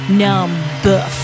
number